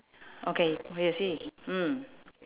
okay where you see mm